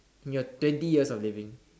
in your twenty years of living